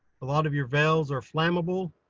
a lot of your veils are flammable,